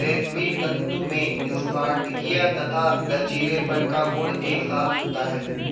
रेशमी तंतु में स्फटिकीय तथा लचीलेपन का गुण एक साथ होता है